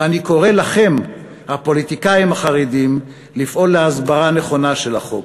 ואני קורא לכם הפוליטיקאים החרדים לפעול להסברה נכונה של החוק.